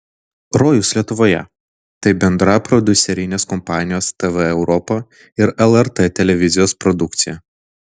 rojus lietuvoje tai bendra prodiuserinės kompanijos tv europa ir lrt televizijos produkcija